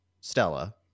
Stella